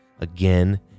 again